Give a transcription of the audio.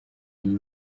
iyi